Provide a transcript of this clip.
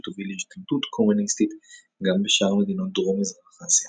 שתוביל להשתלטות קומוניסטית גם בשאר מדינות דרום-מזרח אסיה.